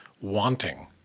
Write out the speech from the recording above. wanting